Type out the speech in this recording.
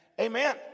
Amen